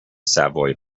savoy